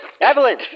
Evelyn